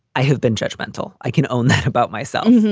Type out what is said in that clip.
i have been judgmental. i can own that about myself.